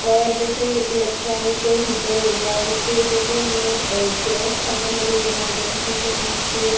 और जैसे electronic heater हो गया उससे जैसे हमें गैस ख़त्म हो गई एमरजेंसी तो हम उसके